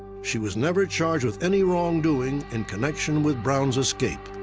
she was never charged with any wrongdoing in connection with brown's escape.